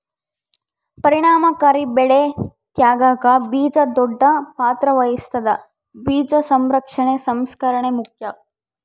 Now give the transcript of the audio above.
ಪರಿಣಾಮಕಾರಿ ಬೆಳೆ ತೆಗ್ಯಾಕ ಬೀಜ ದೊಡ್ಡ ಪಾತ್ರ ವಹಿಸ್ತದ ಬೀಜ ಸಂರಕ್ಷಣೆ ಸಂಸ್ಕರಣೆ ಮುಖ್ಯ